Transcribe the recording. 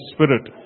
Spirit